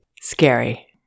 scary